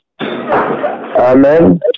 Amen